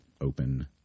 open